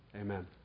amen